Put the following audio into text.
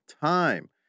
time